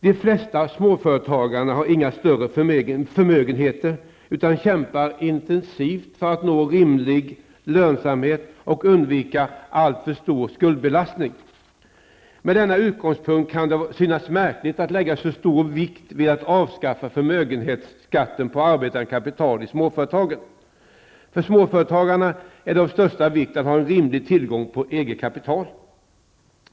De flesta småföretagare har inga större förmögenheter, utan kämpar intensivt för att uppnå rimlig lönsamhet och undvika alltför stor skuldbelastning. Med denna utgångspunkt kan det synas märkligt att lägga så stor vikt vid att avskaffa förmögenhetsskatten på arbetande kapital i småföretagen. För småföretagarna är det av största vikt att ha rimlig tillgång på eget kapital.